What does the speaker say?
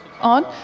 on